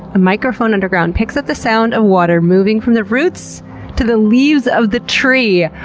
a microphone underground picks up the sound of water moving from the roots to the leaves of the tree.